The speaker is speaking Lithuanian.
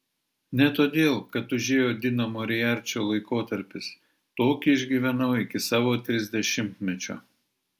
ne todėl kad užėjo dino moriarčio laikotarpis tokį išgyvenau iki savo trisdešimtmečio